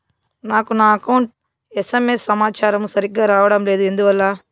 నాకు నా account SMS సమాచారము సరిగ్గా రావడం లేదు ఎందువల్ల?